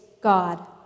God